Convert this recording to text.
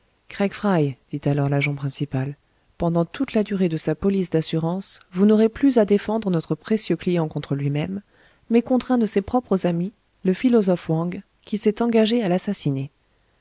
dit alors l'agent principal pendant toute la durée de sa police d'assurance vous n'aurez plus à défendre notre précieux client contre lui-même mais contre un de ses propres amis le philosophe wang qui s'est engagé à l'assassiner